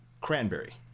cranberry